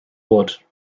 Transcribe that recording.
wood